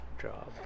job